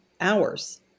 hours